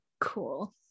Cool